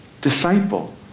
disciple